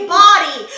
body